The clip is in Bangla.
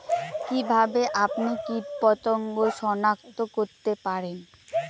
কিভাবে আপনি কীটপতঙ্গ সনাক্ত করতে পারেন?